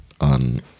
on